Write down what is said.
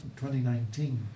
2019